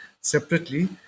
separately